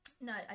No